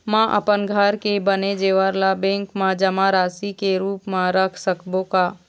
म अपन घर के बने जेवर ला बैंक म जमा राशि के रूप म रख सकबो का?